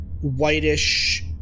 whitish